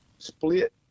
split